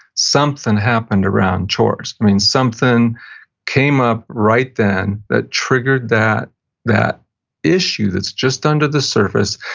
something happened around chores. i mean, something came up right then that triggered that that issue that's just under the surface,